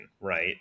right